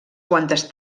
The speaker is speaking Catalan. quantes